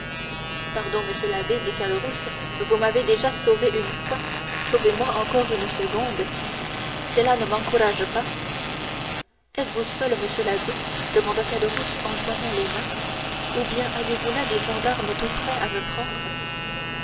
pardon monsieur l'abbé dit caderousse vous m'avez déjà sauvé une fois sauvez-moi encore une seconde cela ne m'encourage pas êtes-vous seul monsieur l'abbé demanda caderousse en joignant les mains ou bien avez-vous là des gendarmes tout prêts à me prendre